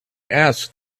asked